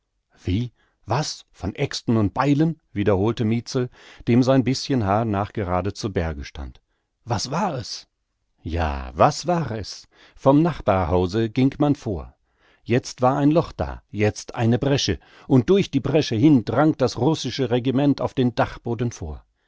wie was von äxten und beilen wiederholte mietzel dem sein bischen haar nachgerade zu berge stand was war es ja was war es vom nachbarhause her ging man vor jetzt war ein loch da jetzt eine bresche und durch die bresche hin drang das russische regiment auf den dachboden vor